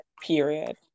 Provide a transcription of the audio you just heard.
period